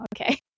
okay